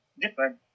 different